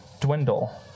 dwindle